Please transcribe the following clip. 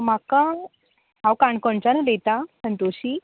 म्हाका हांव काणकोणच्यान उलयता संतोशी